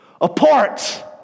apart